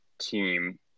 team